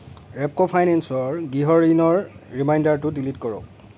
ৰেপ্ক' ফাইনেন্সৰ গৃহ ঋণৰ ৰিমাইণ্ডাৰটো ডিলিট কৰক